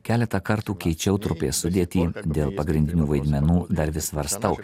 keletą kartų keičiau trupės sudėtį dėl pagrindinių vaidmenų dar vis svarstau